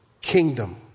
kingdom